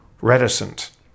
reticent